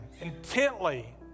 intently